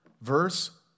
verse